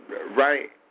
right